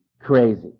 crazy